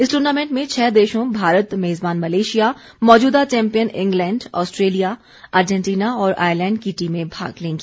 इस ट्र्नामेंट में छह देशों भारत मेजबान मलेशिया मौजूदा चौम्पियन इंग्लैंड ऑस्ट्रेलिया अर्जेंटीना और आयरलैंड की टीमें भाग लेंगी